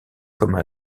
comme